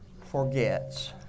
forgets